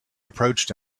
approached